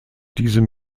diesem